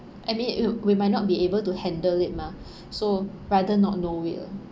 I mean it would we might not be able to handle it mah so rather not know it lah